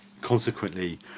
consequently